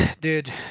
dude